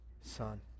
son